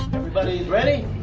everybody ready?